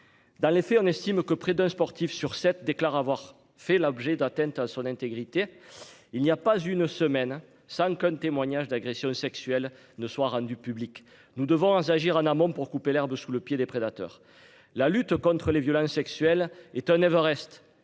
Dans les faits, on estime que près d'un sportif sur sept déclare avoir fait l'objet d'atteinte à son intégrité. Il n'y a pas une semaine sans qu'un témoignage d'agressions sexuelles ne soient rendues publiques. Nous devons agir en amont pour couper l'herbe sous le pied des prédateurs. La lutte contre les violences sexuelles est un aveu.